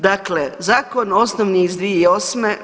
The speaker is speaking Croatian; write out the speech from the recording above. Dakle, zakon osnovni iz 2008.